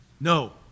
No